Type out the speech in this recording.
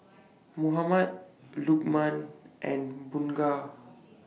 Muhammad Lokman and Bunga